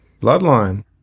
Bloodline